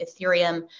Ethereum